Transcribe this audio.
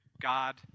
God